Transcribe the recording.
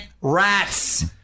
rats